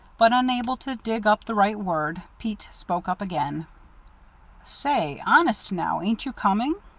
but unable to dig up the right word. pete spoke up again say, honest now, ain't you coming?